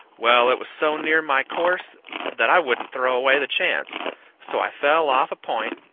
well, it was so near my course that i wouldn't throw away the chance so i fell off a point,